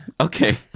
Okay